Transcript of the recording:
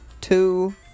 two